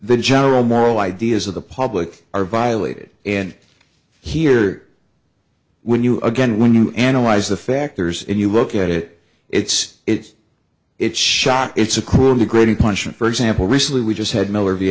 the general moral ideas of the public are violated and here when you again when you analyze the factors and you look at it it's it's it's shock it's a cruel degrading punishment for example recently we just had miller v